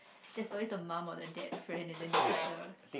there's always the mom or the dad friend and then there's like the